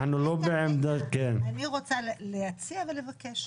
רוצה להציע ולבקש